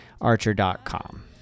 Archer.com